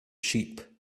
sheep